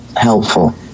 helpful